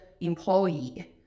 employee